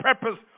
purpose